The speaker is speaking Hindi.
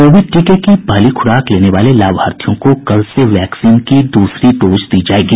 कोविड टीके की पहली खुराक लेने वाले लाभार्थियों को कल से वैक्सीन की द्रसरी डोज दी जायेगी